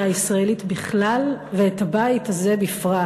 הישראלית בכלל ואת הבית הזה בפרט,